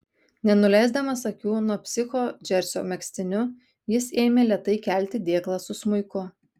nenuleisdamas akių nuo psicho džersio megztiniu jis ėmė lėtai kelti dėklą su smuiku